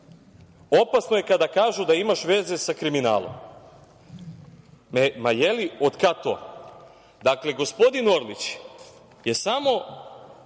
„Opasno je kada kažu da imaš veze sa kriminalom. Ma, je li, od kad to?“Dakle, gospodin Orlić je samo